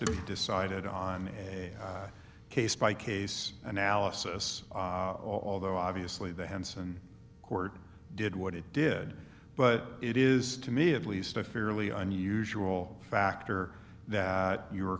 to be decided on a case by case analysis although obviously the henson court did what it did but it is to me at least a fairly unusual factor that your